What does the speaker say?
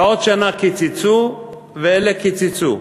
ועוד שנה קיצצו, ואלה קיצצו.